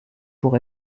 pour